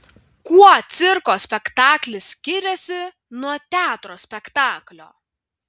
kuo cirko spektaklis skiriasi nuo teatro spektaklio